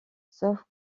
sauf